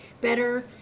better